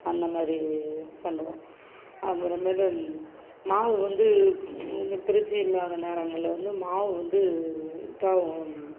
அந்த மாதிரி பண்ணுவோம் அப்பறமேலு மாவு வந்து இந்த ப்ரிட்ஜு இல்லாம நேரங்களில் வந்து மாவு வந்து இதாகும்